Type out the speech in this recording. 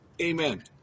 Amen